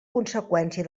conseqüència